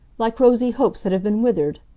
like rosy hopes that have been withered.